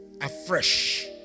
Afresh